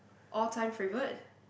all time favourite